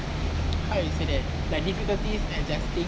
how you say that like difficulty adjusting